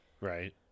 Right